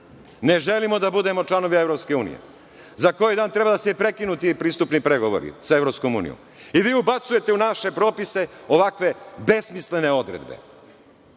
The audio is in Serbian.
Ne želimo da budemo članovi EU. Za koji dan treba da se prekinu ti pristupni pregovori sa EU, i vi ubacujete u naše propise ovakve besmislene odredbe. Da